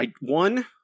one